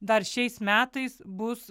dar šiais metais bus